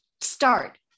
start